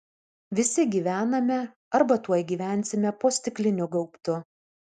visi gyvename arba tuoj gyvensime po stikliniu gaubtu